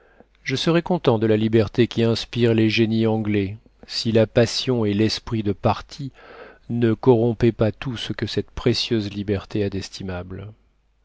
je serais content de la liberté qui inspire les génies anglais si la passion et l'esprit de parti ne corrompaient pas tout ce que cette précieuse liberté